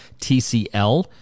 tcl